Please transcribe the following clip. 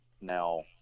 now